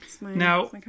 Now